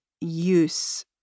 use